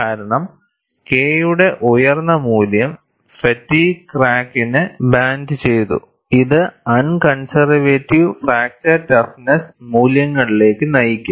കാരണം K യുടെ ഉയർന്ന മൂല്യം ഫാറ്റിഗ്സ് ക്രാക്കിനെ ബ്ലാൻന്റ ചെയ്തു ഇത് അൺ കൺസർവേറ്റീവ് ഫ്രാക്ചർ ടഫ്നെസ്സ് മൂല്യങ്ങളിലേക്ക് നയിക്കും